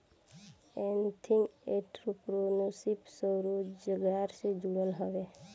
ethnic entrepreneurship स्वरोजगार से जुड़ल हवे